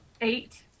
eight